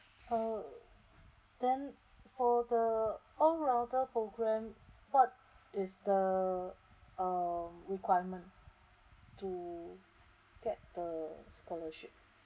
uh then for the all rounder program what is the um requirement to get the scholarship